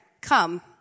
Come